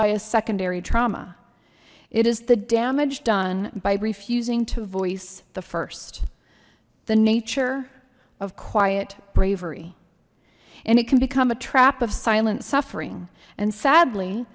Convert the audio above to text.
by a secondary trauma it is the damage done by refusing to voice the first the nature of quiet bravery and it can become a trap of silent suffering and sadly